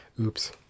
Oops